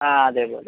ആ അതെ അതെ അതെ